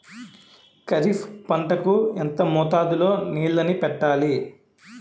ఖరిఫ్ పంట కు ఎంత మోతాదులో నీళ్ళని పెట్టాలి?